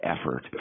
effort